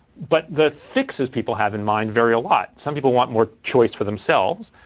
but the fixes people have in mind vary a lot. some people want more choice for themselves.